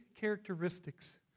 characteristics